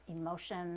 emotion